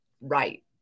right